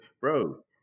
Bro